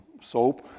soap